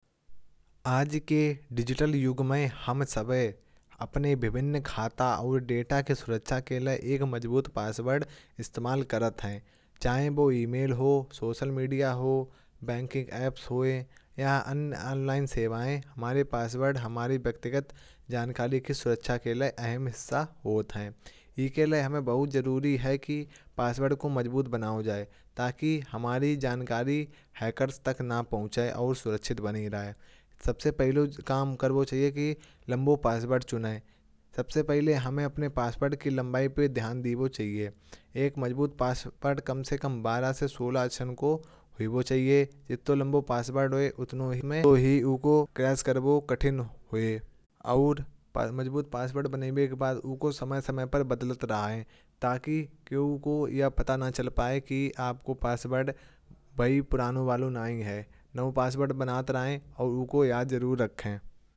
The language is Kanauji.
आज के डिजिटल युग में हम सब अपने विभिन्न खाताओं। और डेटा की सुरक्षा के लिए एक मजबूत पासवर्ड इस्तेमाल करत हैं। चाहें वो ईमेल हो, सोशल मीडिया हो, बैंकिंग ऐप्स हो या अन्य ऑनलाइन सेवाएं। हमारे पासवर्ड हमारे व्यक्तिगत जानकारी की सुरक्षा के लिए अहम सा होता है। हमें बहुत जरूरी है कि पासवर्ड को मजबूत बनाओ जाए। ताकि हमारी जानकारी हैकर्स तक ना पहुंचे और सुरक्षित बनी रहे। सबसे पहले जो काम कर वो चाहिए की लंबो पासवर्ड चुने। सबसे पहले हमें अपने पासवर्ड की लंबाई पे ध्यान दे वो चाहिए। एक मजबूत पासवर्ड कम से कम बारह से सोलह को वीबो चाहिए। जितना लंबो पासवर्ड हुए उतने ही में को ही को कैश कर वो कठिन हुए। और मजबूत पासवर्ड बने हुए के बाद उनको समय समय पर बदल रहा है। ताकि क्यों को यह पता ना चल पाए की आपको पासवर्ड वही प्राणों वालो नहीं है। नव पासवर्ड बनात रहे और उनको याद जरूर रखें।